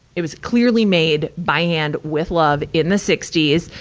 it was clearly made by hand, with love, in the sixty s.